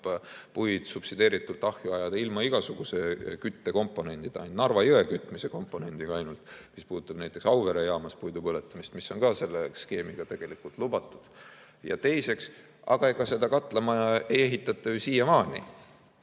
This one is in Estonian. puid subsideeritult ahju ajada ilma igasuguse küttekomponendita – ainult Narva jõe kütmise komponendiga, mis puudutab näiteks Auvere jaamas puidu põletamist, mis on ka selle skeemi järgi tegelikult lubatud. Teiseks, seda katlamaja ei ole siiamaani